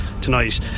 tonight